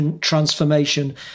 Transformation